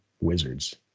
wizards